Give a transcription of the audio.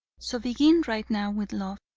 so begin right now with love.